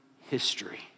history